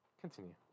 Continue